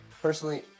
Personally